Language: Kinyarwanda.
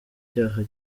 cyaha